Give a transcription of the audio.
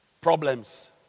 Problems